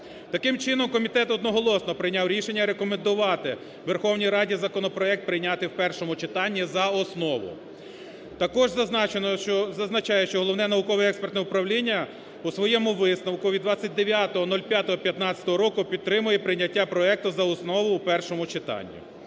Таким чином комітет одноголосно прийняв рішення рекомендувати Верховній Раді законопроект прийняти в першому читанні за основу. Також зазначаю, що Головне науково-експертне управління у своєму висновку від 29.05.15 року підтримує прийняття проекту за основу у першому читанні.